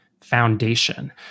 foundation